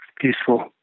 peaceful